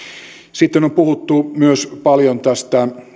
sitten on puhuttu paljon myös tästä